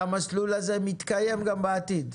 והמסלול הזה מתקיים גם בעתיד?